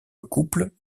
couples